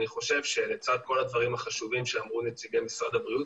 ואני חושב שלצד כל הדברים החשובים שאמרו נציגי משרד הבריאות,